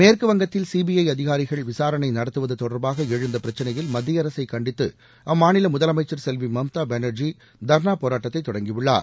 மேற்குவங்கத்தில் சிபிஐ அதிகாரிகள் விசாரணை நடத்துவது தொடர்பாக எழுந்த பிரச்சினையில் மத்திய அரசை கண்டித்து அம்மாநில முதலமைச்சர் செல்வி மம்தா பானர்ஜி தர்ணா போராட்டத்தை தொடங்கியுள்ளார்